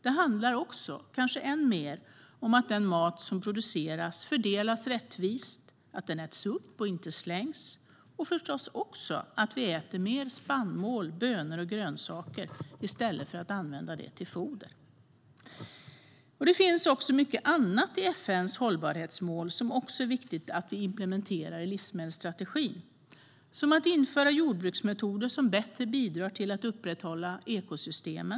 Det handlar också, kanske än mer, om att den mat som produceras fördelas rättvist, att den äts upp och inte slängs och förstås också att vi äter mer spannmål, bönor och grönsaker i stället för att använda dem till foder. Det finns mycket annat i FN:s hållbarhetsmål som det också är viktigt att vi implementerar i livsmedelsstrategin, exempelvis att införa jordbruksmetoder som bättre bidrar till att upprätthålla ekosystemen.